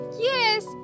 Yes